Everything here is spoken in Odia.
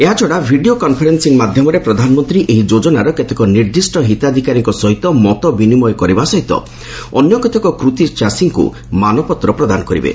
ଏହାଛଡ଼ା ଭିଡ଼ିଓ କନ୍ଫରେନ୍ଦିଂ ମାଧ୍ୟମରେ ପ୍ରଧାନମନ୍ତ୍ରୀ ଏହି ଯୋଜନାର କେତେକ ନିର୍ଦ୍ଦିଷ୍ଟ ହିତାଧିକାରୀଙ୍କ ସହିତ ମତବିନିମୟ କରିବା ସହିତ ଅନ୍ୟ କେତେକ କୃତି ଚାଷୀଙ୍କୁ ମାନପତ୍ର ପ୍ରଦାନ କରିବେ